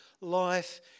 life